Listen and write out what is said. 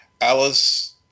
alice